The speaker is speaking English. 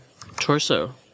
torso